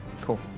cool